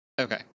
Okay